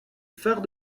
phare